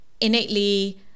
innately